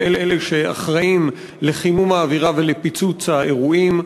הם אלה שאחראים לחימום האווירה ולפיצוץ האירועים.